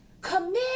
Commit